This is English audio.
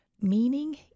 Meaning